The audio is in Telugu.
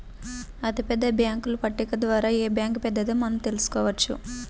అతిపెద్ద బ్యేంకుల పట్టిక ద్వారా ఏ బ్యాంక్ పెద్దదో మనం తెలుసుకోవచ్చు